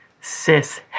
cis